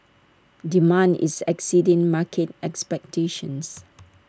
demand is exceeding market expectations